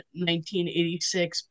1986